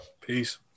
peace